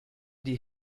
die